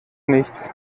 nichts